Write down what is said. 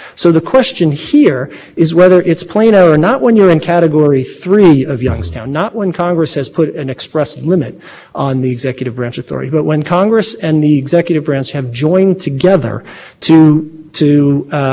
recognize international law and it wasn't clear to me entirely from your briefing that you were arguing that the american common law of war and practice is is an effort to achieve recognition in international law by the international